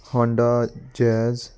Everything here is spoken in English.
Honda jazz